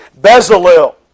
Bezalel